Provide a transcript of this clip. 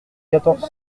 quatorze